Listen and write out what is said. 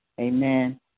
Amen